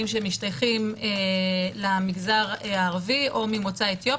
שמשתייכים למגזר הערבי או ממוצא אתיופי,